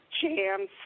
jam